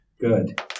Good